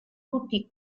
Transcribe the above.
tutti